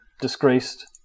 disgraced